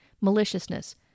maliciousness